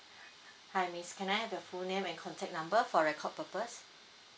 hi miss can I have your full name and contact number for record purpose